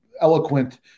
eloquent